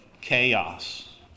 chaos